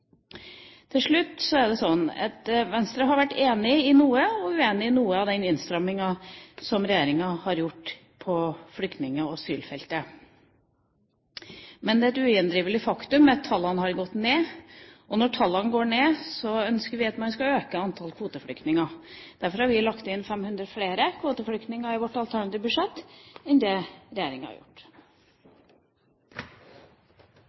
Til slutt: Venstre har vært enig i noe og uenig i andre ting når det gjelder den innstramminga som regjeringa har gjort på flyktning- og asylfeltet. Men det er et ugjendrivelig faktum at tallene har gått ned. Og når tallene går ned, ønsker vi at man skal øke antall kvoteflyktninger. Derfor har vi lagt inn midler til 500 flere kvoteflyktninger i vårt alternative budsjett enn det regjeringa har gjort.